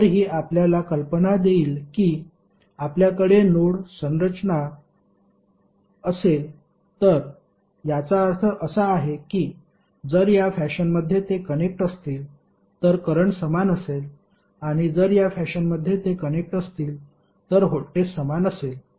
तर ही आपल्याला कल्पना देईल की आपल्याकडे नोड संरचना असेल तर याचा अर्थ असा आहे की जर या फॅशनमध्ये ते कनेक्ट असतील तर करंट समान असेल आणि जर या फॅशनमध्ये ते कनेक्ट असतील तर व्होल्टेज समान असेल